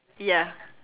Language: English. ya